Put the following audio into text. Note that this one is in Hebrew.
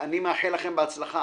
אני מאחל לכם בהצלחה.